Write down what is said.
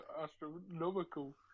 astronomical